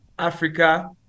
Africa